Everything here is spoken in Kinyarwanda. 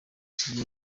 sugira